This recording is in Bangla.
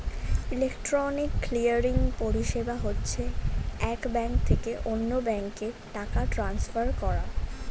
ইলেকট্রনিক ক্লিয়ারিং পরিষেবা হচ্ছে এক ব্যাঙ্ক থেকে অন্য ব্যাঙ্কে টাকা ট্রান্সফার করা